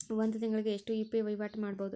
ಒಂದ್ ತಿಂಗಳಿಗೆ ಎಷ್ಟ ಯು.ಪಿ.ಐ ವಹಿವಾಟ ಮಾಡಬೋದು?